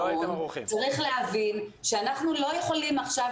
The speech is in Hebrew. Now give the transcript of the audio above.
צריך להבין שאנחנו לא יכולים עכשיו